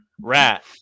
Rat